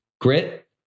grit